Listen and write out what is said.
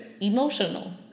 Emotional